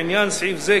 לעניין סעיף זה,